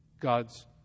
God's